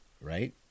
right